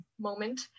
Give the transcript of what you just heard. Moment